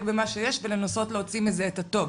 במה שיש ולנסות להוציא מזה את הטוב,